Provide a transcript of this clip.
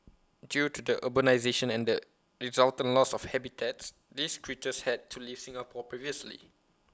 due to the urbanisation and the resultant loss of habitats these critters had to leave Singapore previously